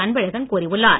அன்பழகன் கூறியுள்ளார்